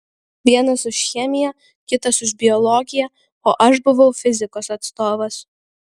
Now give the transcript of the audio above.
vienas už chemiją kitas už biologiją o aš buvau fizikos atstovas